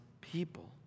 people